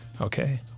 Okay